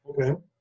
Okay